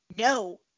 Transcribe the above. No